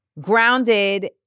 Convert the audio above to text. grounded